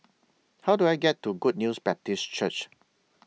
How Do I get to Good News Baptist Church